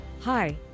Hi